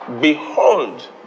Behold